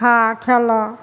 खा खेलऽ